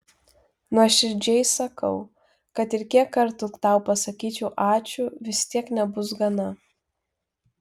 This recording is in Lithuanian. nuoširdžiai sakau kad ir kiek kartų tau pasakyčiau ačiū vis tiek nebus gana